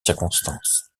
circonstances